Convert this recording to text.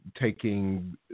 taking